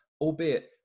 albeit